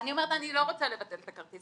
ואני אומרת, אני לא רוצה לבטל את הכרטיס.